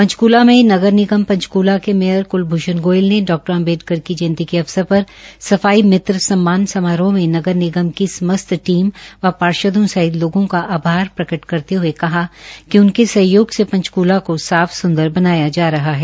पंचकला में नगर निगम पंचकला के मेयर कलभ्रष्ण गोयल ने डॉ अम्बेडकर की जयंती के अवसर पर सफाई मित्र सममान समारोह में नगर निगम की समस्त टीम व पार्षदों सहित लोगों का आभार प्रकट करते हये कहा कि उनके सहयोग से पंचकुला को साफ सुंदर बनाया जा रहा है